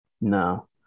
No